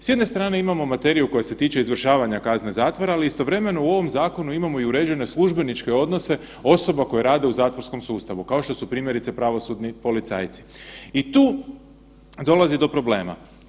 S jedne strane imamo materiju koja se tiče izvršavanja kazne zatvora, ali istovremeno imamo i uređene službeničke odnose, osoba koja rade u zatvorskom sustavu, kao što su primjerice, pravosudni policajci i tu dolazi do problema.